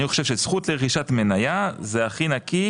אני חושב שזכות לרכישת מנייה זה הכי נקי